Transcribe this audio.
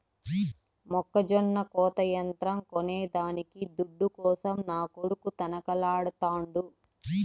మొక్కజొన్న కోత యంత్రం కొనేదానికి దుడ్డు కోసం నా కొడుకు తనకలాడుతాండు